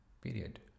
Period